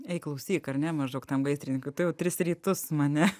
ei klausyk ar ne maždaug tam gaisrininkui tu jau tris rytus mane